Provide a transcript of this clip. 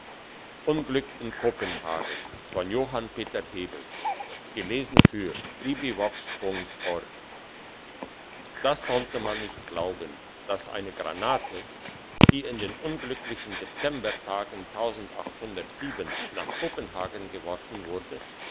in kopenhagen das sollte man nicht glauben dass eine granate die in den unglücklichen septembertagen nach kopenhagen geworfen wurde